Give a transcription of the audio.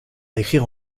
écrire